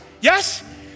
Yes